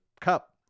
cup